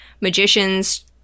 magicians